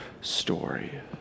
story